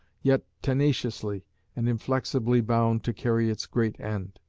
yet tenaciously and inflexibly bound to carry its great end.